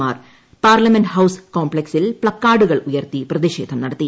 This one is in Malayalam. മാർ പാർലമെന്റ് ഹൌസ് കോപ്ലക്സിൽ പ്പക്കാർഡുകൾ ഉയർത്തി പ്രതിഷേധം നടത്തി